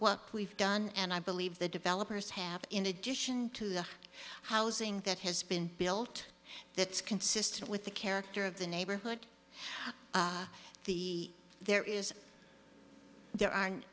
what we've done and i believe the developers have in addition to the housing that has been built that consistent with the character of the neighborhood the there is there are